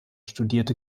studierte